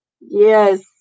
Yes